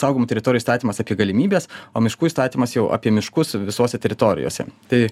saugomų teritorijų įstatymas apie galimybes o miškų įstatymas jau apie miškus visose teritorijose tai